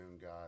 god